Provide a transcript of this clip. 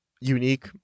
unique